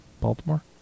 Baltimore